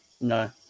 no